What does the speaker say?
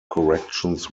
corrections